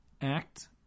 act